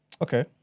Okay